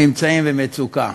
נמצאים במצוקה,